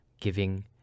giving